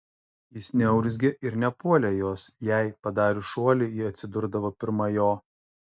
jis neurzgė ir nepuolė jos jei padariusi šuolį ji atsidurdavo pirma jo